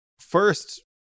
first